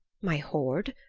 my hoard,